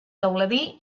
teuladí